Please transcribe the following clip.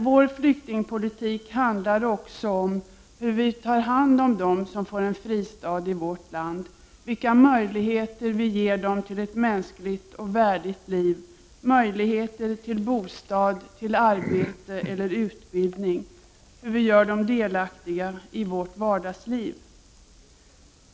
Vår flyktingpolitik handlar också om hur vi tar hand om dem som får en fristad i vårt land, vilka möjligheter vi ger dem till ett mänskligt och värdigt liv, till bostad, till arbete eller utbildning — hur vi gör dem delaktiga i vårt vardagsliv.